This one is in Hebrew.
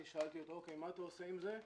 שאלתי אותו: מה אתה עושה עם זה?